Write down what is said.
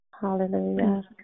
Hallelujah